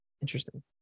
Interesting